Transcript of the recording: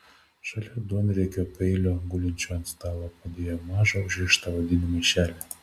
šalia duonriekio peilio gulinčio ant stalo padėjo mažą užrištą odinį maišelį